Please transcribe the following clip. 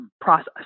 process